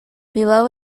below